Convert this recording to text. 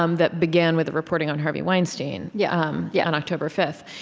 um that began with the reporting on harvey weinstein yeah um yeah on october five.